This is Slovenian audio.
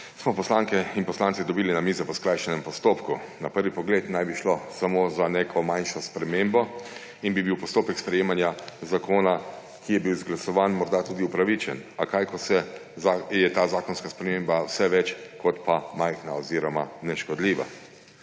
smo poslanke in poslanci dobili na mizo po skrajšanem postopku. Na prvi pogled naj bi šlo samo za neko manjšo spremembo in bi bil postopek sprejemanja zakona, ki je bil izglasovan, morda tudi upravičen, a kaj, ko je ta zakonska sprememba mnogo več kot majhna oziroma neškodljiva.